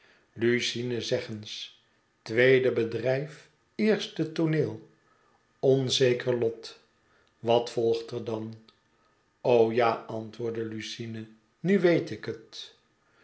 zeg eens tweede bedrijf eerste tooneel onzeker lot wat volgt er dan ja antwoordde lucine nu weet ik het